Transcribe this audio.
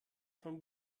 von